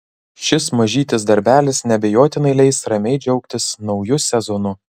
šis mažytis darbelis neabejotinai leis ramiai džiaugtis nauju sezonu